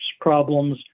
problems